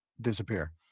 disappear